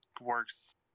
works